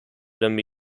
porous